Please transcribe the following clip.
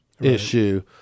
issue